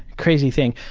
crazy thing.